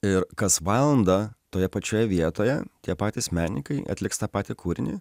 ir kas valandą toje pačioje vietoje tie patys menininkai atliks tą patį kūrinį